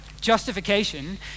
Justification